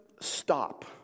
stop